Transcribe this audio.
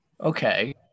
Okay